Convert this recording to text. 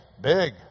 big